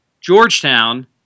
Georgetown